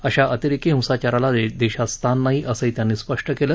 अशा अतिरेकी हिसांचाराला देशात स्थान नाही असंही त्यांनी स्पष्ट केलं